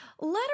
let